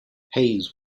hayes